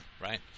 right